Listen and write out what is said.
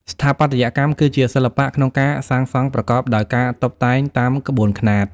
ស្ថាបត្យកម្ម គឺជាសិល្បៈក្នុងការសាងសង់ប្រកបដោយការតុបតែងតាមក្បួនខ្នាត ។